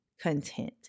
content